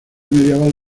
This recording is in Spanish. medieval